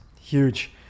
Huge